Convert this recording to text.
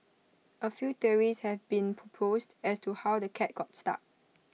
A few theories have been proposed as to how the cat got stuck